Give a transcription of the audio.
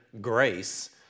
grace